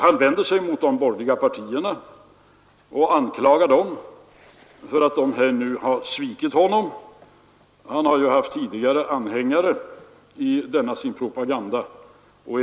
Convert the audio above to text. Han vänder sig mot de borgerliga partierna och anklagar dem för att här ha svikit honom. Han har ju tidigare haft anhängare i denna sin propaganda.